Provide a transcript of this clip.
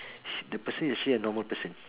the person is actually a normal person